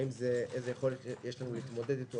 איזו יכולת יש לנו להתמודד איתו,